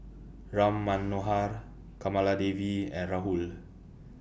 Ram Manohar Kamaladevi and Rahul